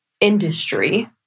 industry